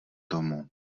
tomu